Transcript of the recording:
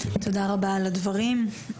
תודה רבה על הדברים.